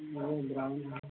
यह ब्राउन है